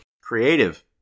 Creative